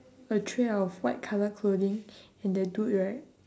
a tray of white colour clothing and the dude right